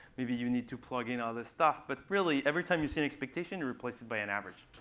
maybe you need to plug in other stuff. but really, every time you see an expectation, you replace it by an average.